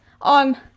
on